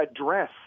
address